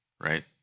Right